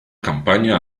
campaña